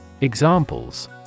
Examples